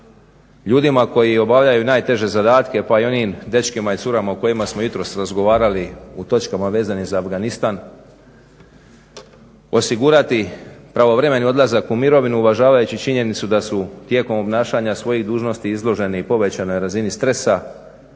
ljudima koji obavljaju najteže zadatke pa i onim dečkima i curama o kojima smo jutros razgovarali u točkama vezanim za Afganistan osigurati pravovremeni odlazak u mirovinu uvažavajući činjenicu da su tijekom obnašanja svojih dužnosti izloženi povećanoj razini stresa